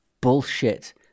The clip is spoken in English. bullshit